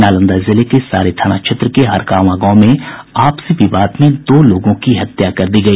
नालंदा जिले के सारे थाना क्षेत्र के हरगांवा गांव में आपसी विवाद में दो लोगों की हत्या कर दी गई